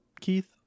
Keith